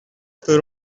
per